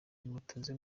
nimutuze